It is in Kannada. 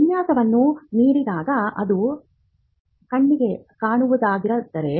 ವಿನ್ಯಾಸವನ್ನು ನೀಡಿದಾಗ ಅದು ಕಣ್ಣಿಗೆ ಕಾಣುವದ್ದಾಗಿದರೆ